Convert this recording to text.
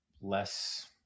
less